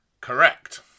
Correct